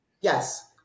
Yes